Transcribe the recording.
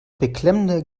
beklemmende